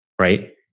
right